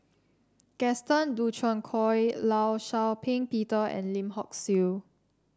Gaston Dutronquoy Law Shau Ping Peter and Lim Hock Siew